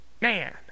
man